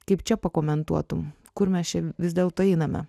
kaip čia pakomentuotum kur mes čia vis dėlto einame